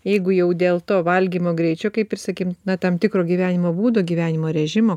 jeigu jau dėl to valgymo greičio kaip ir sakim na tam tikro gyvenimo būdo gyvenimo režimo